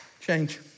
Change